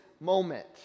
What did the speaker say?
moment